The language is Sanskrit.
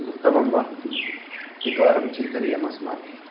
उत्तमं वा एकवारं चिन्तनीयमस्माभिः